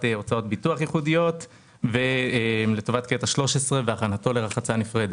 הוצאות ביטוח ייחודיות ולטובת קטע 13 והכנתו לרחצה נפרדת.